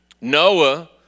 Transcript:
Noah